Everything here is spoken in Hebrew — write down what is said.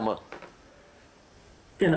כן,